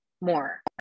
more